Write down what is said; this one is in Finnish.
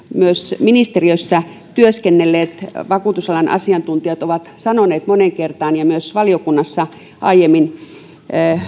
myös ministeriössä työskennelleet vakuutusalan asiantuntijat ovat aiemmin sanoneet moneen kertaan ja myös aiemmin valiokunnassa